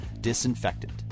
disinfectant